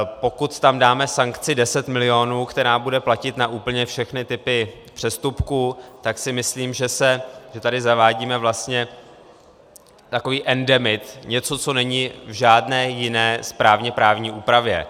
Pokud tam dáme sankci 10 milionů, která bude platit na úplně všechny typy přestupků, tak si myslím, že tady zavádíme vlastně takový endemit, něco, co není v žádné jiné správněprávní úpravě.